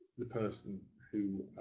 the person who